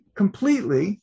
completely